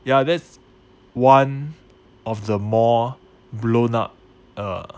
ya that's one of the more blown up uh